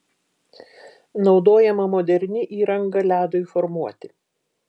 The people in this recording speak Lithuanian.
naudojama moderni įranga ledui formuoti